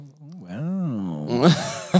Wow